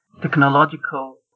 technological